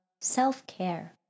self-care